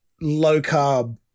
low-carb